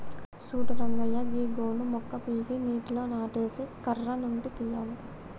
సూడు రంగయ్య గీ గోను మొక్క పీకి నీటిలో నానేసి కర్ర నుండి తీయాలి